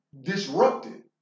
disrupted